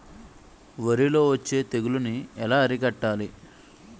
వరిలో వచ్చే తెగులని ఏలా అరికట్టాలి?